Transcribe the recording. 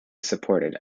supported